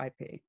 IP